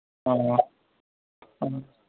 ꯑ ꯑ